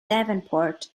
davenport